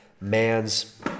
man's